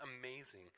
amazing